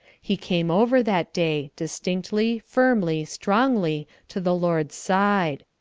he came over that day, distinctly, firmly, strongly, to the lord's side.